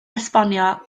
esbonio